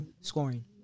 Scoring